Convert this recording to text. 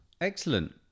Excellent